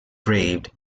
grave